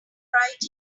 right